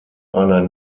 einer